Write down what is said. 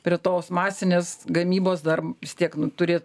prie tos masinės gamybos dar vis tiek turi